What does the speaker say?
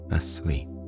asleep